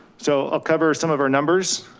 so i'll cover some of our numbers.